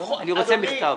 אדוני,